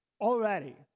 Already